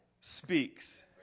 speaks